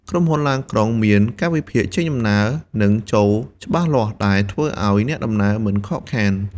ក្រុមហ៊ុនឡានក្រុងមានកាលវិភាគចេញដំណើរនិងចូលច្បាស់លាស់ដែលធ្វើឱ្យអ្នកដំណើរមិនខកខាន។